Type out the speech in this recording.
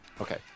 Okay